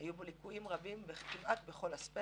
היו בו ליקויים בכמעט כל אספקט,